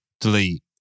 delete